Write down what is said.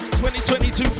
2022